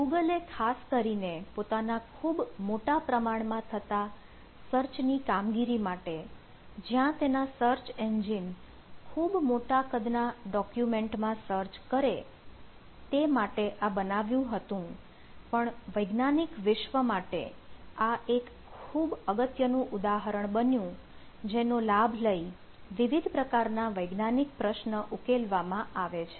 ગૂગલે ખાસ કરીને પોતાના ખૂબ મોટા પ્રમાણમાં થતાં સર્ચ ની કામગીરી માટે જ્યાં તેના સર્ચ એન્જિન ખૂબ મોટા કદના ડોક્યુમેન્ટમાં સર્ચ કરે તે માટે આ બનાવ્યું હતું પણ વૈજ્ઞાનિક વિશ્વ માટે આ એક ખૂબ અગત્યનું ઉદાહરણ બન્યો જેનો લાભ લઇ વિવિધ પ્રકારના વૈજ્ઞાનિક પ્રશ્ન ઉકેલવામાં આવે છે